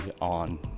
on